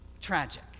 tragic